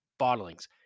bottlings